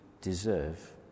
deserve